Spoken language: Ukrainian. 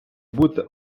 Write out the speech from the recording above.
бути